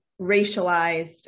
racialized